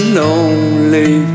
lonely